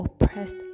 oppressed